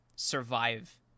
Survive